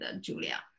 Julia